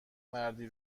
مردی